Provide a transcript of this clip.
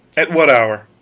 at what hour?